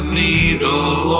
needle